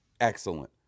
excellent